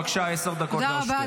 בבקשה, עשר דקות לרשותך.